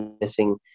missing